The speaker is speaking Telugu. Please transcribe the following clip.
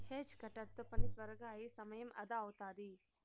హేజ్ కటర్ తో పని త్వరగా అయి సమయం అదా అవుతాది